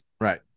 Right